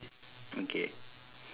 okay